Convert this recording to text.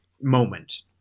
moment